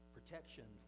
Protection